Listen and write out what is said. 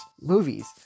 movies